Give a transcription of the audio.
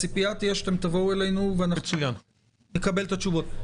הציפייה שאתם תבואו אלינו ואנחנו נקבל את התשובות.